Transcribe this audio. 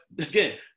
again